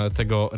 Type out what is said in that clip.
tego